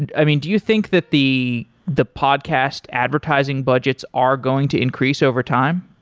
and i mean, do you think that the the podcast advertising budgets are going to increase overtime?